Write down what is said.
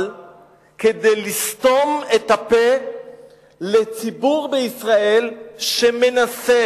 כדי לסתום את הפה לציבור בישראל שמנסה,